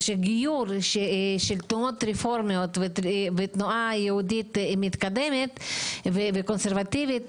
גיור של תנועות רפורמיות ותנועה יהודית מתקדמת וקונסרבטיבית,